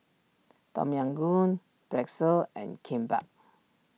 Tom Yam Goong Pretzel and Kimbap